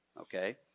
okay